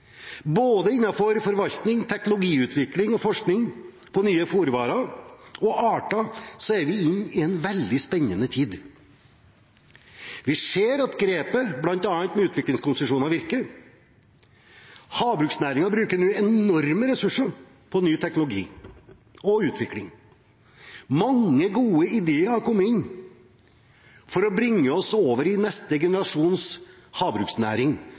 både forvaltning, teknologiutvikling og forskning på nye fôrråvarer og arter er vi inne i en veldig spennende tid. Vi ser at grepet med bl.a. utviklingskonsesjoner virker. Havbruksnæringen bruker nå enorme ressurser på ny teknologi og utvikling. Mange gode ideer har kommet inn for å bringe oss over i neste generasjons havbruksnæring,